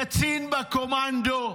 קצין בקומנדו,